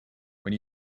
when